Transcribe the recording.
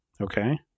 okay